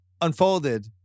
unfolded